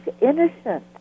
innocent